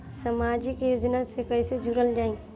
समाजिक योजना से कैसे जुड़ल जाइ?